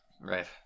right